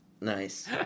Nice